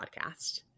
podcast